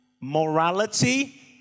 morality